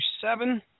seven